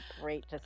great